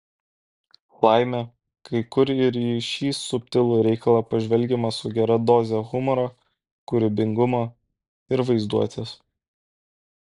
laimė kai kur ir į šį subtilų reikalą pažvelgiama su gera doze humoro kūrybingumo ir vaizduotės